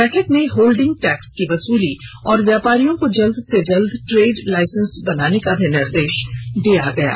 बैठक में holding tax की वसूली और व्यापारियों को जल्द से जल्द ट्रेड लाइसेंस बनाने का भी निर्देश दियो गये